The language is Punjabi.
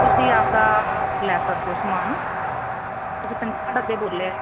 ਤੁਸੀਂ ਆਪਦਾ ਲੈ ਸਕਦੇ ਹੋ ਸਮਾਨ ਤੁਸੀਂ ਪੰਜਾਹ ਦੇ ਬੋਲਿਆ